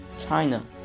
China